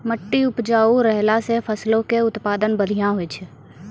मट्टी उपजाऊ रहला से फसलो के उत्पादन बढ़िया होय छै